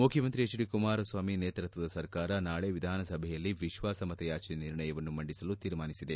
ಮುಖ್ಯಮಂತ್ರಿ H D Kumaraswamy ನೇತೃತ್ವದ ಸರ್ಕಾರ ನಾಳೆ ವಿಧಾನಸಭೆಯಲ್ಲಿ ವಿಶ್ವಾಸಮತ ಯಾಚನೆ ನಿರ್ಣಯವನ್ನು ಮಂಡಿಸಲು ತೀರ್ಮಾನಿಸಿದೆ